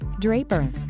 Draper